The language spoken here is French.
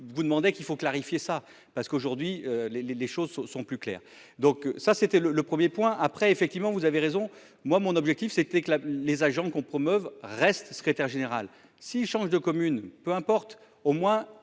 vous demandais qu'il faut clarifier sa parce qu'aujourd'hui les, les, les choses sont plus claires. Donc ça c'était le, le premier point après effectivement vous avez raison, moi, mon objectif, c'était que la les agents qu'on promeuve reste secrétaire général s'change de communes peu importe au moins